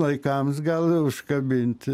laikams gal užkabinti